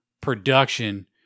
production